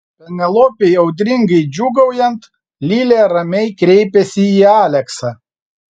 penelopei audringai džiūgaujant lilė ramiai kreipėsi į aleksą